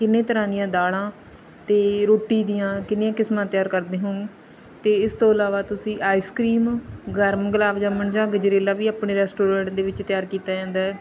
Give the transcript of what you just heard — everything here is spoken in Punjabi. ਕਿੰਨੇ ਤਰ੍ਹਾਂ ਦੀਆਂ ਦਾਲਾਂ ਅਤੇ ਰੋਟੀ ਦੀਆਂ ਕਿੰਨੀਆਂ ਕਿਸਮਾਂ ਤਿਆਰ ਕਰਦੇ ਹੋ ਅਤੇ ਇਸ ਤੋਂ ਇਲਾਵਾ ਤੁਸੀਂ ਆਈਸਕ੍ਰੀਮ ਗਰਮ ਗੁਲਾਬ ਜਾਮਣ ਜਾਂ ਗਜਰੇਲਾ ਵੀ ਆਪਣੇ ਰੈਸਟੋਰੈਂਟ ਦੇ ਵਿੱਚ ਤਿਆਰ ਕੀਤਾ ਜਾਂਦਾ ਹੈ